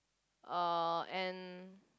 uh and